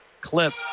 clip